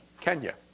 Kenya